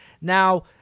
Now